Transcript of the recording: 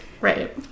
Right